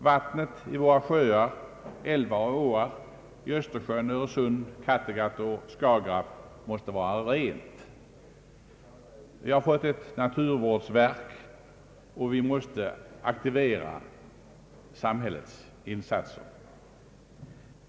Vattnet i våra sjöar, älvar och åar, i Östersjön, Öresund, Kattegatt och Skagerack måste vara rent. Vi har fått ett naturvårdsverk, och vi måste aktivera samhällets insatser.